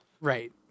right